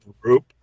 group